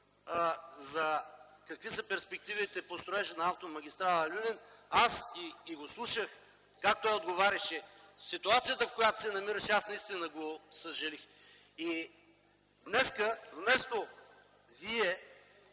какви са перспективите по строежа на автомагистрала „Люлин”? Като го слушах как отговаряше, ситуацията, в която се намираше, наистина го съжалих. Днес вместо вие